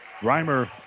Reimer